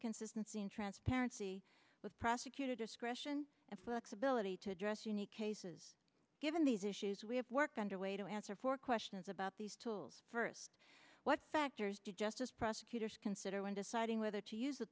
consistency and transparency with prosecutor discretion and flexibility to address unique cases given these issues we have worked under way to answer four questions about these tools first what factors do justice prosecutors consider when deciding whether to use the